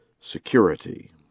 security